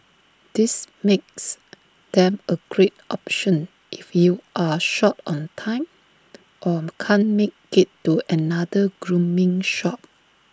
this makes them A great option if you're short on time or can't make IT to another grooming shop